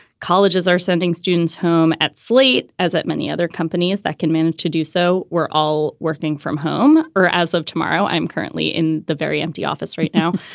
colleges are sending students home at slate, as at many other companies that can mean to do so. we're all working from home or as of tomorrow. i'm currently in the very empty office right now.